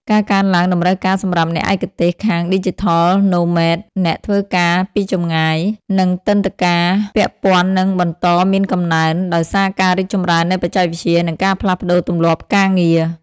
ការកើនឡើងតម្រូវការសម្រាប់អ្នកឯកទេសខាង Digital Nomads (អ្នកធ្វើការពីចម្ងាយ) និងទិដ្ឋាការពាក់ព័ន្ធនឹងបន្តមានកំណើន ដោយសារការរីកចម្រើននៃបច្ចេកវិទ្យា និងការផ្លាស់ប្តូរទម្លាប់ការងារ។